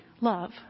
love